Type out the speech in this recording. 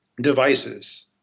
devices